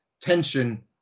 tension